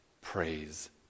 praise